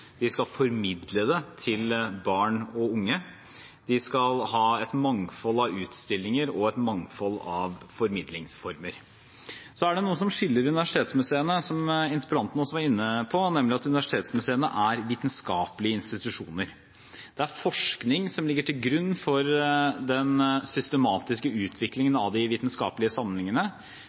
de skal formidle det til barn og unge. De skal ha et mangfold av utstillinger og et mangfold av formidlingsformer. Så er det noe som skiller universitetsmuseene fra andre museer, som interpellanten også var inne på, nemlig at universitetsmuseene er vitenskapelige institusjoner. Det er forskning som ligger til grunn for den systematiske